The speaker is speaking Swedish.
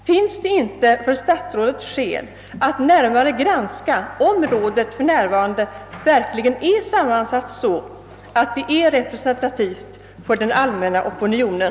Finns det inte för statsrådet skäl att närmare granska om rådet för närvarande verkligen är sammansatt så att det är representativt för den allmänna opinionen?